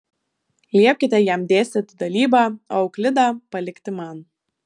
liepkite jam dėstyti dalybą o euklidą palikti man